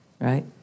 right